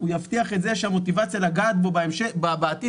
יבטיח את זה שהמוטיבציה לגעת בו בעתיד,